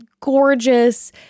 gorgeous